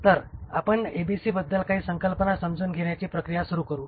तर आपण ABC बद्दल काही संकल्पना समजून घेण्याची प्रक्रिया सुरू करू